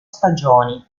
stagioni